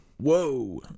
Whoa